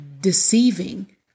deceiving